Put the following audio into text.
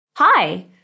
Hi